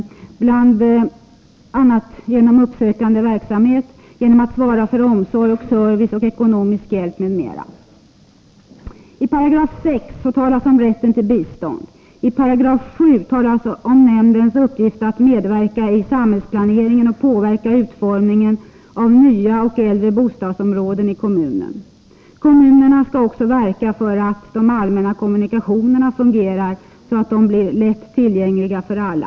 Det skall bl.a. ske genom uppsökande verksamhet och genom att nämnden svarar för omsorg och service, ekonomisk hjälp, m.m. I 7 § talas det om nämndens uppgift att medverka i samhällsplaneringen och påverka utformningen av nya och äldre bostadsområden i kommunen. Nämnden skall också verka för att de allmänna kommunikationerna fungerar, så att de blir lätt tillgängliga för alla.